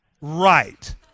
Right